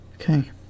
Okay